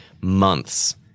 months